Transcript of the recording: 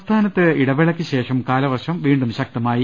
സംസ്ഥാനത്ത് ഇടവേളയ്ക്ക് ശേഷം കാലവർഷം വീണ്ടും ശക്ത മായി